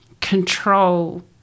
control